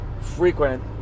frequent